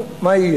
נו, מה יהיה?